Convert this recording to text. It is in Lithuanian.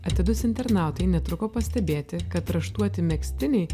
atidūs internautai netruko pastebėti kad raštuoti megztiniai